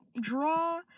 draw